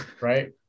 right